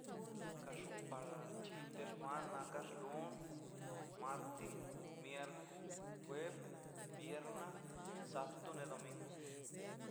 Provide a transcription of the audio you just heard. Kara xupara chi wan nara xlun marti mierco juev vierna sabto na domingu